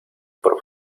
por